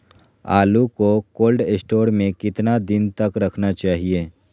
आलू को cold store में कितना दिन तक रखना चाहिए?